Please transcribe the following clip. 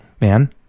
man